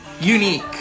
unique